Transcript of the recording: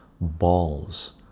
balls